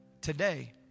today